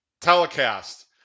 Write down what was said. telecast